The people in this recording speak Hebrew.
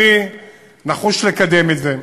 אני נחוש לקדם את זה.